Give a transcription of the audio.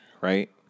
right